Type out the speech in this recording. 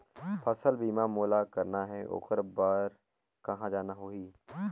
फसल बीमा मोला करना हे ओकर बार कहा जाना होही?